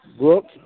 Brooks